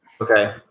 Okay